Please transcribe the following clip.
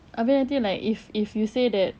habis nanti like if if you say that